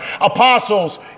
apostles